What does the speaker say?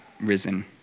risen